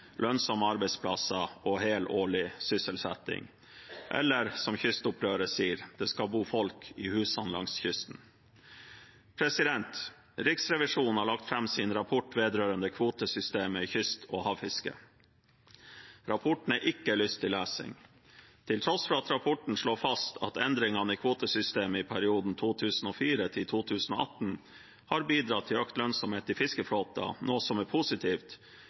lønnsomme arbeidsplasser og helårlig sysselsetting. Eller som kystopprøret sier: Det skal bo folk i husan langs kysten. Riksrevisjonen har lagt fram sin rapport vedrørende kvotesystemet i kyst- og havfisket. Rapporten er ikke lystig lesning. Til tross for at rapporten slår fast at endringene i kvotesystemet i perioden 2004–2018 har bidratt til økt lønnsomhet i fiskeflåten, noe som er positivt,